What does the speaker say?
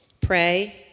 Pray